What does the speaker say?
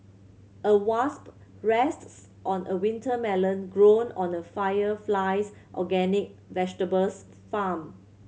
a wasp rests on a winter melon grown on the Fire Flies organic vegetables farm